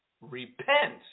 repent